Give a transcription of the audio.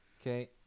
okay